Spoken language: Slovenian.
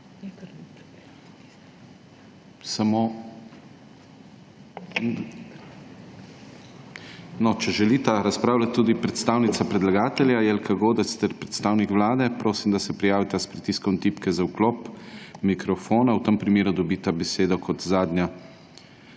Če želite razpravljati tudi predstavnik predlagatelja mag. Dejan Kaloh ter predstavnica Vlade prosim, da se prijavita s pritiskom tipke za vklop mikrofona. V tem primeru dobita besedo kot zadnja,